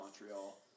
Montreal